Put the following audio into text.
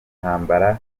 intambara